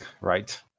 Right